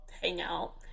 hangout